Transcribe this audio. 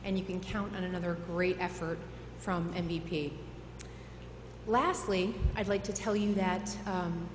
and you can count on another great effort from and b p lastly i'd like to tell you that